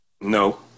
No